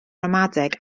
ramadeg